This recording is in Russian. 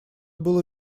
было